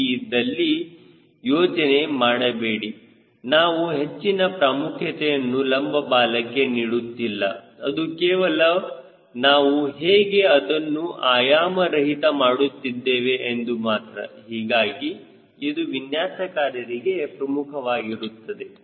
3 ಇದ್ದಲ್ಲಿ ಯೋಚನೆ ಮಾಡಬೇಡಿ ನಾವು ಹೆಚ್ಚಿನ ಪ್ರಾಮುಖ್ಯತೆಯನ್ನು ಲಂಬ ಬಾಲಕ್ಕೆ ನೀಡುತ್ತಿಲ್ಲ ಅದು ಕೇವಲ ನಾವು ಹೇಗೆ ಅದನ್ನು ಆಯಾಮ ರಹಿತ ಮಾಡುತ್ತಿದ್ದೇವೆ ಎಂದು ಮಾತ್ರ ಹೀಗಾಗಿ ಇದು ವಿನ್ಯಾಸಕಾರರಿಗೆ ಪ್ರಮುಖವಾಗಿರುತ್ತದೆ